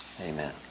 Amen